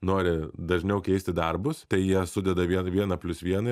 nori dažniau keisti darbus tai jie sudeda vien vieną plius vieną